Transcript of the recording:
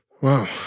Wow